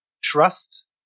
trust